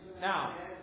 Now